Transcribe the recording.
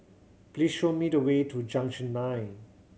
please show me the way to Junction Nine